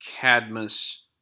Cadmus